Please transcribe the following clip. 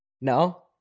No